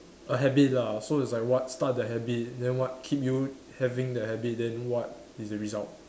a habit lah so it's like what start the habit then what keep you having the habit then what is the result